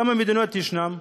כמה מדינות ישנן?